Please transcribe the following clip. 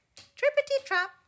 Trippity-trap